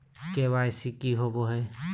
KYC की होबो है?